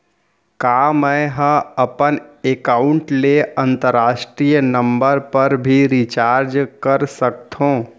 का मै ह अपन एकाउंट ले अंतरराष्ट्रीय नंबर पर भी रिचार्ज कर सकथो